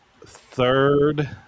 third